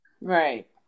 Right